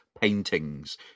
paintings